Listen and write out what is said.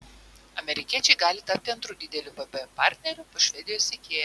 amerikiečiai gali tapti antru dideliu vb partneriu po švedijos ikea